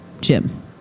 Jim